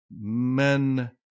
men